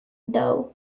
though